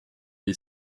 est